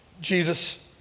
Jesus